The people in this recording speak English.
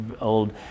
old